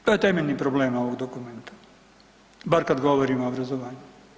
To je temeljni problem ovog dokumenta, bar kada govorim o obrazovanju.